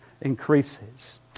increases